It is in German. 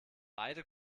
beide